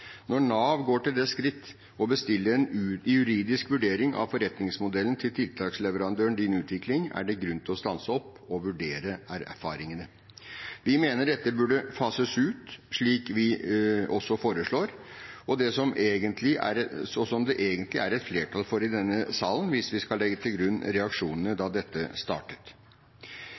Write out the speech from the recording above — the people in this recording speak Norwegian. Når Nav går til det skritt å bestille en juridisk vurdering av forretningsmodellen til tiltaksleverandøren Din Utvikling, er det grunn til å stanse opp og vurdere erfaringene. Vi mener dette burde fases ut, slik vi også foreslår, og som det egentlig er et flertall for i denne salen hvis vi skal legge til grunn reaksjonene da dette startet.